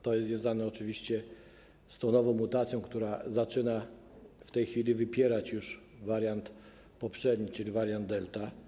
To jest związane oczywiście z tą nową mutacją, która zaczyna już w tej chwili wypierać wariant poprzedni, czyli wariant Delta.